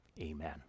Amen